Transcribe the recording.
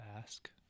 ask